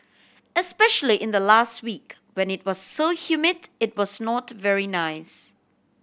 especially in the last week when it was so humid it was not very nice